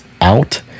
out